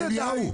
די,